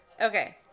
okay